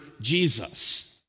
Jesus